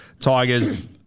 Tigers